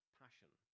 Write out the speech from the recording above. passion